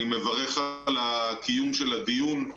אני מברך על הקיום של הדיון,